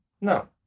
No